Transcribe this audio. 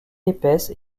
épaisse